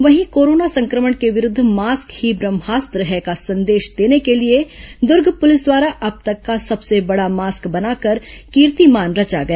वहीं कोरोना संक्रमण के विरूद्ध मास्क ही ब्रम्हास्त्र है का संदेश देने के लिए दुर्ग पुलिस द्वारा अब तक का सबसे बडा मास्क बनाकर कीर्तिमान रचा गया